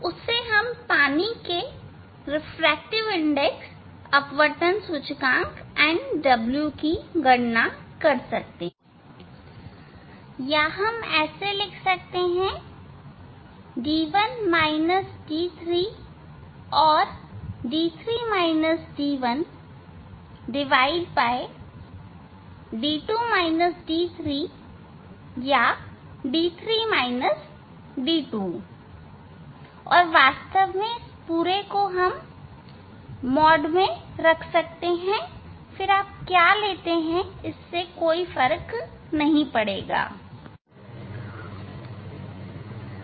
तब आप पानी के रिफ्रैक्टिव इंडेक्स nw की गणना कर सकते हैं या या वास्तव में आपको इस मॉड को रखना पड़ सकता है फिर आप क्या लेते हैं इससे कोई फर्क नहीं पड़ता